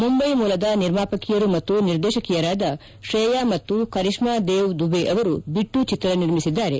ಮುಂದೈ ಮೂಲದ ನಿರ್ಮಾಪಕಿಯರು ಮತ್ತು ನಿರ್ದೇಶಕಿಯರಾದ ಶ್ರೇಯಾ ಮತ್ತು ಕರೀಷ್ನಾ ದೇವ್ ದುವೆ ಅವರು ಬಿಟ್ಲು ಚಿತ್ರ ನಿರ್ಮಿಸಿದ್ದಾರೆ